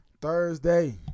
Thursday